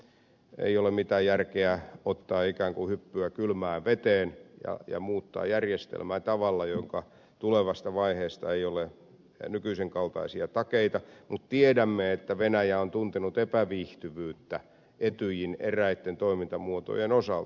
ei ole mitään järkeä ottaa ikään kuin hyppyä kylmään veteen ja muuttaa järjestelmää tavalla jonka tulevasta vaiheesta ei ole nykyisen kaltaisia takeita mutta tiedämme että venäjä on tuntenut epäviihtyvyyttä etyjin eräitten toimintamuotojen osalta